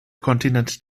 kontinent